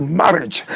marriage